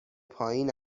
پایین